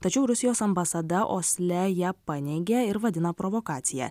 tačiau rusijos ambasada osle ją paneigė ir vadina provokacija